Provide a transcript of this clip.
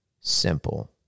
simple